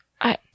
I-